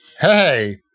Hey